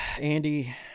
andy